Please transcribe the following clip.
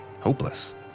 hopeless